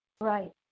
Right